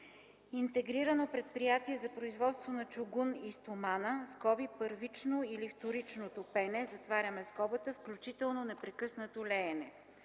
Интегрирано предприятие за производство на чугун и стомана (първично или вторично топене), включително непрекъснато леене.